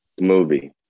movie